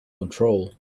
control